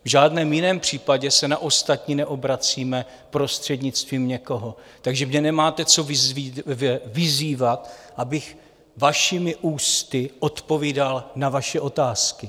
V žádném jiném případě se na ostatní neobracíme prostřednictvím někoho, takže mě nemáte co vyzývat, abych vašimi ústy odpovídal na vaše otázky.